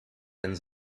and